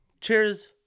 Cheers